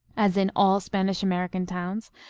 as in all spanish-american towns,